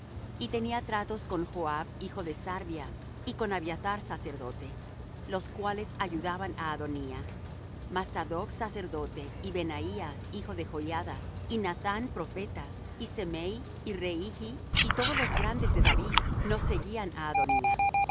y tenía tratos con joab hijo de sarvia y con abiathar sacerdote los cuales ayudaban á adonía mas sadoc sacerdote y benaía hijo de joiada y nathán profeta y semei y reihi y todos los grandes de david no seguían á adonía